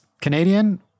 Canadian